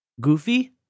goofy